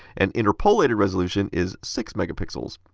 and interpolated resolution is six megapixels.